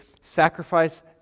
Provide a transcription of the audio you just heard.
sacrifice